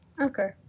Okay